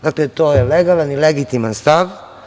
Dakle, to je legalan i legitiman stav.